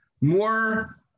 More